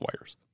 wires